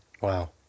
Wow